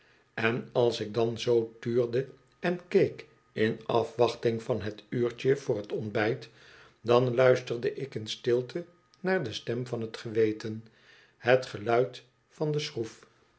en als ik dan zoo tuurde en keek in afwachting van het uurtje voor het ontbijt dan luisterde ik in stilte naar de stem van het geweten het geluid van de schroef